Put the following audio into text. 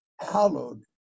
hallowed